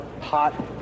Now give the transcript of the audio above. hot